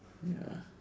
ya